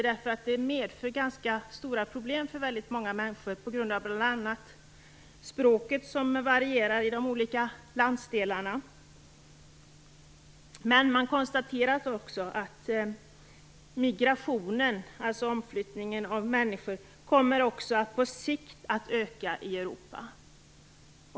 Detta skulle medföra stora problem för många människor på grund av bl.a. språket som varierar i de olika länderna. Men man konstaterar också att migrationen - dvs. omflyttningen av människor - på sikt kommer att öka i Europa.